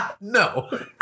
no